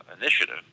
Initiative